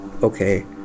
okay